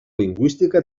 lingüística